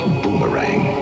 boomerang